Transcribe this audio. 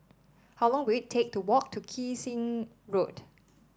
how long will it take to walk to Kee Seng Road